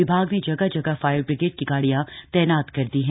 विभाग ने जगह जगह फायर ब्रिगेड की गाड़ियां तैनात कर दी हैं